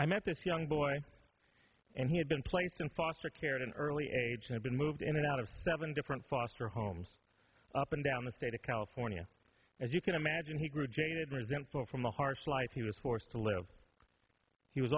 i met this young boy and he had been placed in foster care at an early age had been moved in and out of seven different foster homes up and down the state of california as you can imagine he grew resentful from the harsh life he was forced to live he was